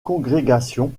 congrégation